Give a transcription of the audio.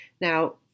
Now